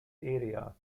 area